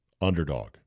underdog